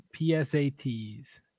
psat's